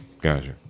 Gotcha